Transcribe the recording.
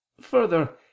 further